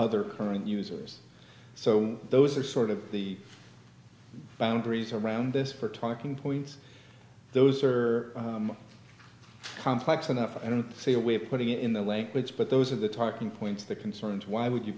other current users so those are sort of the boundaries around this for talking points those are complex enough i don't see a way of putting it in the language but those are the talking points the concerns why would you